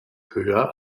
höher